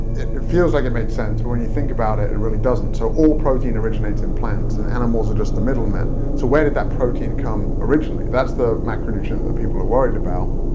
it it feels like it makes sense, but when you think about it, it really doesn't. so all protein originates in plants, and animals are just the middle man, so where did that protein come originally? that's the macronutrient that people are worried about.